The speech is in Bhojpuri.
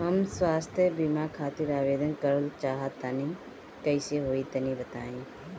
हम स्वास्थ बीमा खातिर आवेदन करल चाह तानि कइसे होई तनि बताईं?